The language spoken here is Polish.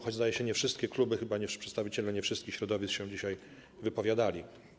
Choć zdaje się, że nie wszystkie kluby, przedstawiciele nie wszystkich środowisk się dzisiaj wypowiadali.